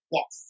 Yes